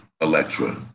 Electra